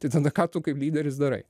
tai tada ką tu kaip lyderis darai